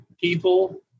people